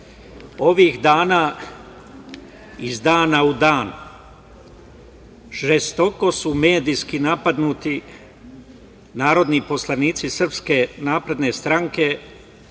ovih dana, iz dana u dan, žestoko su medijski napadnuti narodni poslanici SNS dr Aleksandar